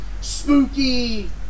spooky